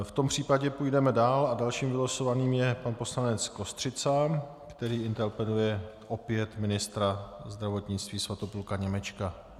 V tom případě půjdeme dál a dalším vylosovaným je pan poslanec Kostřica, který interpeluje opět ministra zdravotnictví Svatopluka Němečka.